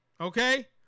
okay